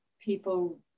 people